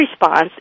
response